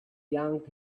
yanked